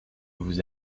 vous